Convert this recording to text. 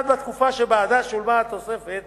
1. בתקופה שבעדה שולמה התוספת